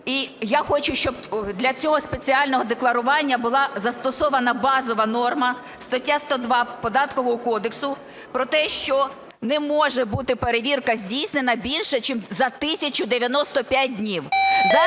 І я хочу, щоб для цього спеціального декларування була застосована базова норма, стаття 102 Податкового кодексу про те, що не може бути перевірка здійснена більше ніж за 1095 днів.